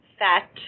Fat